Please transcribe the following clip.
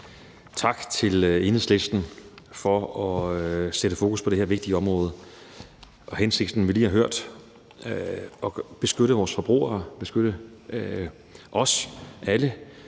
tak til Enhedslisten for at sætte fokus på det her vigtige område. Hensigten, som vi lige har hørt, om at beskytte vores forbrugere og beskytte os alle